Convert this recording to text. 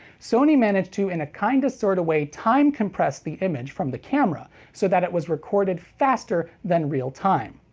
sony managed to in a kinda-sorta kind of sort of way time-compress the image from the camera so that it was recorded faster than real time.